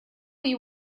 you